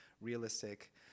realistic